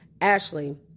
Ashley